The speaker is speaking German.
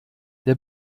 der